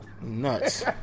nuts